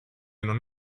non